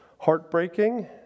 heartbreaking